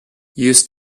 housed